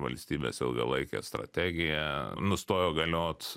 valstybės ilgalaikė strategija nustojo galiot